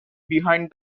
behind